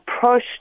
push